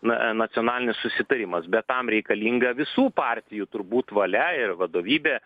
na nacionalinis susitarimas bet tam reikalinga visų partijų turbūt valia ir vadovybė